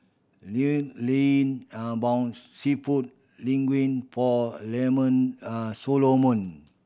Llewellyn bought Seafood Linguine for Lemon Solomon